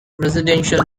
residential